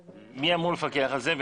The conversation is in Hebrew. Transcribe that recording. ומי אמור לפקח על זה?